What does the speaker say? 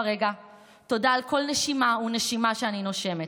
ורגע; תודה על כל נשימה ונשימה שאני נושמת,